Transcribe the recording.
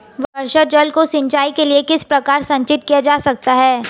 वर्षा जल को सिंचाई के लिए किस प्रकार संचित किया जा सकता है?